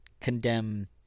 condemn